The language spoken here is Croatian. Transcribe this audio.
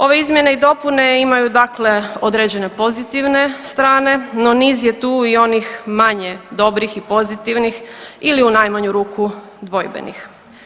Ove izmjene i dopune imaju dakle određene pozitivne strane no niz je tu i onih manje dobrih i pozitivnih ili u najmanju ruku dvojbenih.